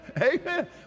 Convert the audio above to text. Amen